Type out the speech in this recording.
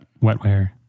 Wetware